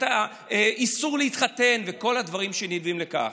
את האיסור להתחתן ואת וכל הדברים שמביאים לכך.